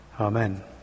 Amen